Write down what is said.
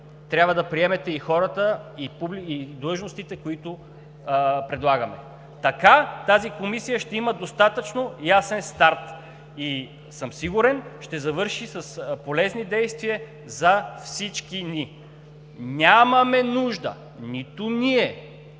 трябва да приемете и хората, и длъжностите, които предлагаме. Така тази комисия ще има достатъчно ясен старт и, сигурен съм, ще завърши с полезни действия за всички ни. Нямаме нужда – нито ние,